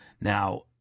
Now